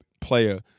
player